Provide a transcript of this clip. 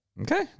Okay